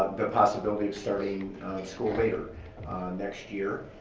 the possibility of starting school later next year.